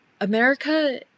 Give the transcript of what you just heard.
America